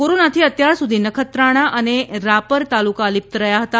કોરોનાથી અત્યારસુધી નખત્રાણા અને રાપર તાલુકા અલિપ્ત રહ્યા હતા